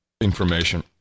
information